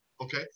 Okay